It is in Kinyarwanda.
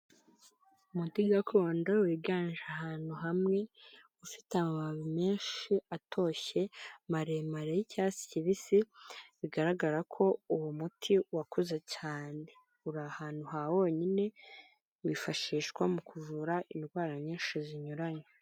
Umuti gakondo wiganje ahantu hamwe ufite amababi menshi atoshye maremare yicyatsi kibisi, bigaragara ko uwo muti wakuze cyane uri ahantu ha wonyine wifashishwa mu kuvura indwara nyinshi zinyuranye.